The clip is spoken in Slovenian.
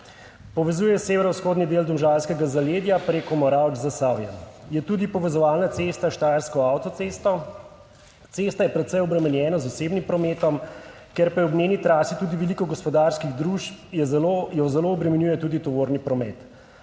Povezuje severovzhodni del domžalskega zaledja preko Moravč v Zasavje. Je tudi povezovalna cesta s štajersko avtocesto. Cesta je precej obremenjena z osebnim prometom, ker pa je ob njeni trasi tudi veliko gospodarskih družb, jo zelo obremenjuje tudi tovorni promet.